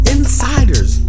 Insiders